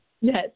Yes